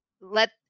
let